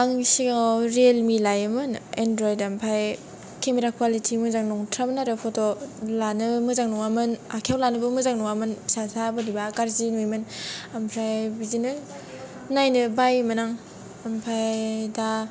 आं सिगाङाव रिएलमि लायोमोन एनड्रइद आमफाय केमेरा क्वलिथि मोजां नंथ्रामोन आरो फट' लानो मोजां नङामोन आखाइयाव लानोबो मोजां नङामोन फिसासा बोरैबा गाज्रि नुयोमोन आमफ्राय बिदिनो नायनो बायोमोन आं आमफाय दा